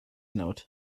note